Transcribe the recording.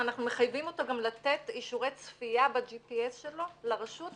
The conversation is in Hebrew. ואנחנו מחייבים אותו גם לתת אישורי צפייה ב- G.P.S.שלו לרשות,